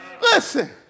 Listen